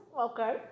Okay